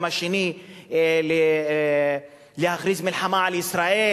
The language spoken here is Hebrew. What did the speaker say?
השני אני רוצה להכריז מלחמה על ישראל,